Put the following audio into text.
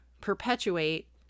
perpetuate